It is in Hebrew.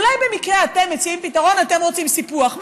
אולי במקרה אתם מציעים פתרון, אתם רוצים סיפוח.